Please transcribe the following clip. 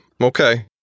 okay